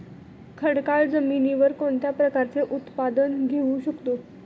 खडकाळ जमिनीवर कोणत्या प्रकारचे उत्पादन घेऊ शकतो?